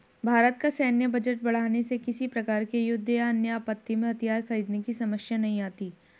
भारत का सैन्य बजट बढ़ाने से किसी प्रकार के युद्ध या अन्य आपत्ति में हथियार खरीदने की समस्या नहीं आती